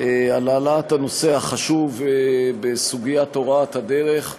על העלאת הנושא החשוב בסוגיית הוראת הדרך.